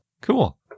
Cool